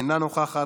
אינה נוכחת,